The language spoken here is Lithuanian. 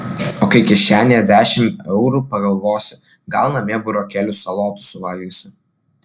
o kai kišenėje dešimt eurų pagalvosi gal namie burokėlių salotų suvalgysiu